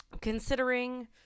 considering